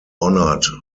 honored